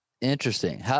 Interesting